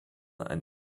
and